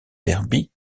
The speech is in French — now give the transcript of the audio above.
derby